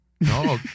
No